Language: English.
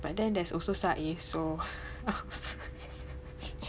but then there's also Saif so